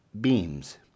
beams